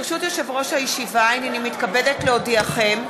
ברשות יושב-ראש הישיבה, הנני מתכבדת להודיעכם,